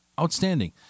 Outstanding